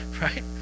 right